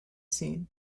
seen